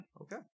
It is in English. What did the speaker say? Okay